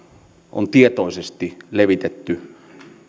on tietoisesti levitetty